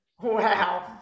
Wow